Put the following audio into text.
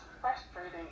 Frustrating